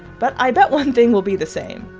but i bet one thing will be the same.